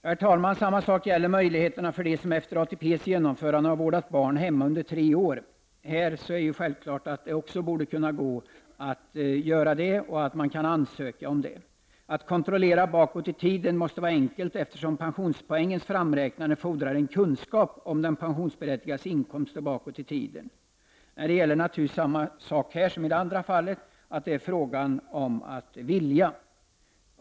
Herr talman! Samma sak gäller möjligheterna för dem som efter ATP:s genomförande har vårdat barn hemma under tre år. Det är självklart att de borde kunna ansöka om det och att det borde gå att genomföra. Att kontrollera bakåt i tiden måste vara enkelt, eftersom pensionspoängens framräknande fordrar en kunskap om den pensionsberättigades inkomster bakåt i tiden. Nej, här gäller naturligtvis detsamma som i det förra fallet: Det är fråga om att vilja.